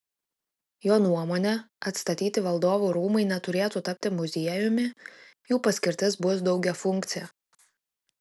jo nuomone atstatyti valdovų rūmai neturėtų tapti muziejumi jų paskirtis bus daugiafunkcė